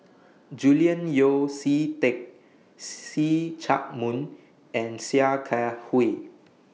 Julian Yeo See Teck See Chak Mun and Sia Kah Hui